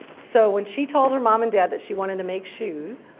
so when she told her mom and dad that she wanted to make shoes,